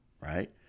right